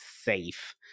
safe